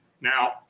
now